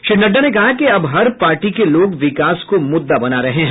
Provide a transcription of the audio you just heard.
श्री नड्डा ने कहा कि अब हर पार्टी के लोग विकास को मुद्दा बना रहे हैं